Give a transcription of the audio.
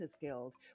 Guild